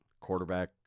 quarterback